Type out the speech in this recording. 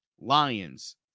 lions